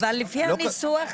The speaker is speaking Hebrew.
אבל לפי הניסוח הזה,